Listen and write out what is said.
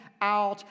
out